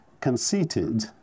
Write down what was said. conceited